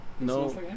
No